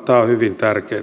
tämä on hyvin tärkeää